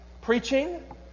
preaching